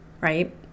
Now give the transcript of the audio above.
right